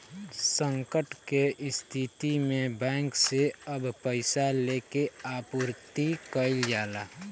संकट के स्थिति में बैंक से सब पईसा लेके आपूर्ति कईल जाला